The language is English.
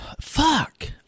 Fuck